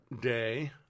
day